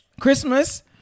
Christmas